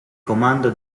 comando